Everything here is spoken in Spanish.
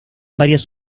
varias